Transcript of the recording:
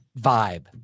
vibe